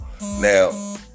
Now